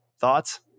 thoughts